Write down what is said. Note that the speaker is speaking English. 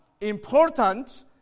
important